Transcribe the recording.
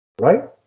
right